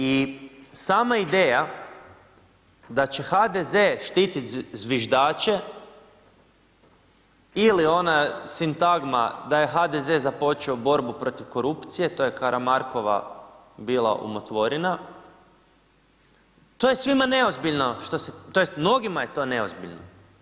I sama ideja da će HDZ štiti zviždače ili ona sintagma da je HDZ započeo borbu protiv korupcije, to je Karamarkova bila umotvorina, to je svima neozbiljno, tj. mnogima je to neozbiljno.